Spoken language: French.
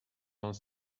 vingt